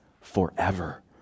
forever